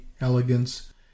elegance